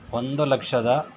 ಒಂದು ಲಕ್ಷದ